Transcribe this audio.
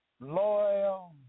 Loyal